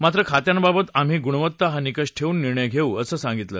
मात्र खात्यांबाबत आम्ही गुणवत्ता हा निकष ठेवून निर्णय घेऊ असं सांगितलं